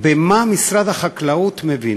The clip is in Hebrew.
במה משרד החקלאות מבין?